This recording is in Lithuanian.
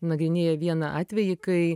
nagrinėję vieną atvejį kai